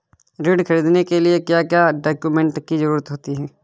ऋण ख़रीदने के लिए क्या क्या डॉक्यूमेंट की ज़रुरत होती है?